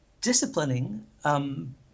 disciplining